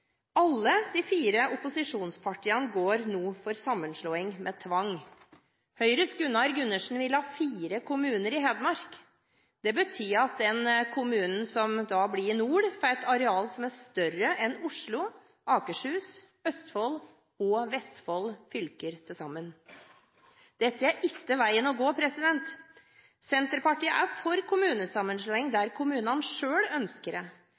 Alle de fire opposisjonspartiene går nå inn for sammenslåing med tvang. Høyres Gunnar Gundersen vil ha fire kommuner i Hedmark. Det betyr at den kommunen i nord, får et areal som er større enn Oslo, Akershus, Østfold og Vestfold fylker til sammen. Dette er ikke veien å gå. Senterpartiet er for kommunesammenslåing der kommunene selv ønsker det.